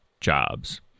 jobs